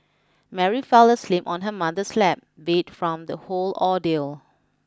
Mary fell asleep on her mother's lap beat from the whole ordeal